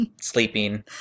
sleeping